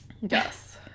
Yes